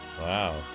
Wow